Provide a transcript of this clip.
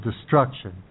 destruction